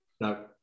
No